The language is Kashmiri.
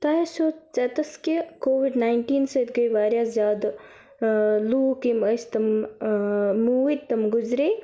تۄہہِ آسٮ۪و ژٮ۪تَس کہِ کووِڈ ناینٹیٖن سۭتۍ گٔے واریاہ زیادٕ لوٗکھ یِم ٲسۍ تِم موٗدۍ تٕم گُذرے